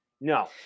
No